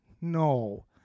No